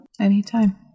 Anytime